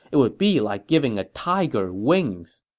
it would be like giving a tiger wings.